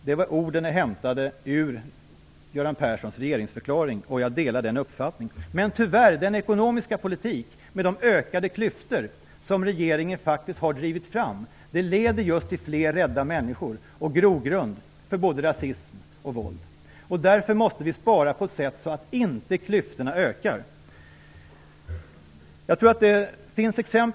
De orden är hämtade ur Göran Perssons regeringsförklaring, och jag delar den uppfattningen. Men tyvärr leder den ekonomiska politik som förs och de ökade klyftor som regeringen faktiskt har drivit fram till fler rädda människor och är grogrund för både rasism och våld. Därför måste vi spara på ett sådant sätt att klyftorna inte ökar.